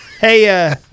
Hey